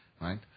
Right